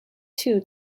two